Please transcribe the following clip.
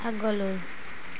আগলৈ